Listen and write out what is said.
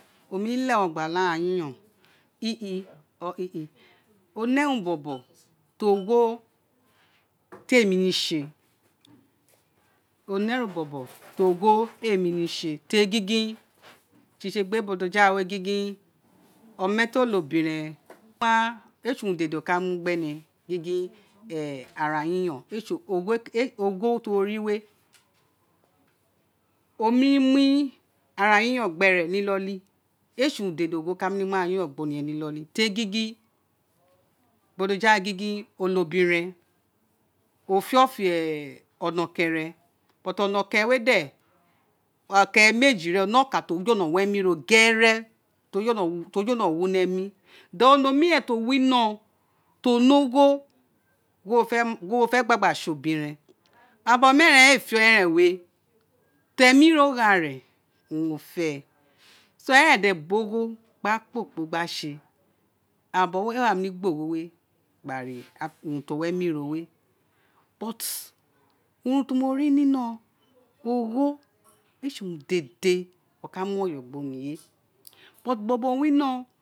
omi leghe urun gba ne arayiyon ini or inin onẹ urun bọbọ ti ogho ti éè mini sé onẹ urun bobo ti ogho éè mini sé téri gingin sisi égbé bojo ghanoe gingin omatie onobiren éè sé urun dédé owun oka mu gbene gin gin éè arayiyon ogho urun ti wo ri wé o mini mu arayiyon gbere ni inoli éè sé urun o urun o wun ka némi mu arayiyon gbe inoli téri gingin bojoghaoe gingin onobiran o fe ofo ekẹrẹn but okẹrẹn wé de ekeren meeji wé one okan ti o julo ni emi ro gere ti o jolo wi ino emi than o ne omi ren ti o naho one ogho gin no fe gba gba sé obiren ira bọ oma eren éè fe eren wé ti emi ro gha rẹn owun o fe so eren bo gho gba kpokpo gba se ira bo wé éè wa némi gba ogho ro gba ra urun ti o wi emi rowe urun ti mo ri ni ino ogho éè sé urun dedé ti o ka mu oyo gbe oniye bọbọ winọrọn